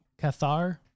Cathar